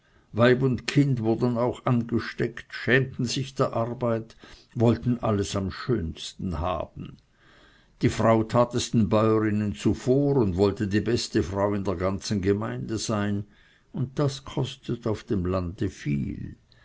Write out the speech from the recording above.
weib und kind wurden auch angesteckt schämten sich der arbeit wollten alles am schönsten haben die frau tat es den bäuerinnen zuvor und wollte die beste frau in der ganzen gemeinde sein und das kostet auf dem lande viel